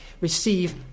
receive